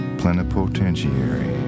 plenipotentiary